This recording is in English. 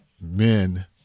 men